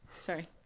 Sorry